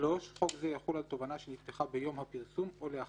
3.חוק זה יחול על תובענה שנפתחה ביום הפרסום או לאחריו".